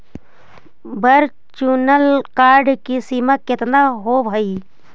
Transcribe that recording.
virtual card की सीमा केतना होवअ हई